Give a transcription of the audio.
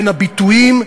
בין הביטויים,